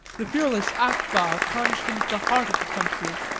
the fearless akbah plunged into the heart of the country,